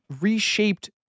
reshaped